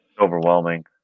overwhelming